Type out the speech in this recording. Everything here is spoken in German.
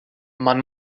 man